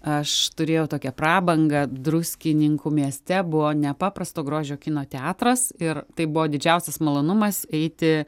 aš turėjau tokią prabangą druskininkų mieste buvo nepaprasto grožio kino teatras ir tai buvo didžiausias malonumas eiti